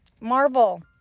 marvel